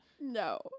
No